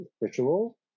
ritual